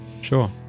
sure